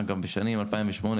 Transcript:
אגב בשנים 2008,